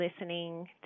listening